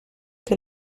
que